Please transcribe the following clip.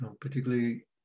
particularly